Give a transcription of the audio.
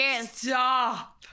Stop